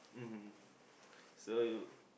mmhmm so